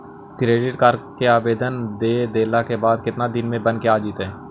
Credit card के आवेदन दे देला के बाद केतना दिन में बनके आ जइतै?